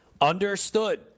understood